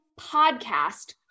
podcast